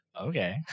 Okay